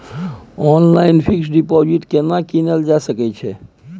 Online fix deposit केना कीनल जा सकै छी?